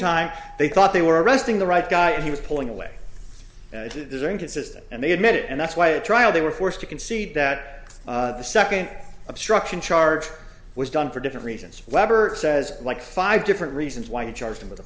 time they thought they were arresting the right guy and he was pulling away and he does are inconsistent and they admit it and that's why a trial they were forced to concede that the second obstruction charge was done for different reasons lever says like five different reasons why he charged